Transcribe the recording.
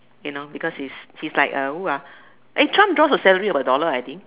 you know because he's he's like who ah eh triumph draws a salary of a dollar I think